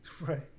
Right